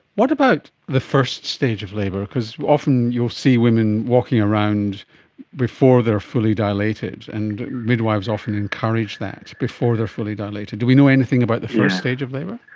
what about the first stage of labour? because often you'll see women walking around before they are fully dilated, and midwives often encourage that before they are fully dilated. do we know anything about the first stage of labour?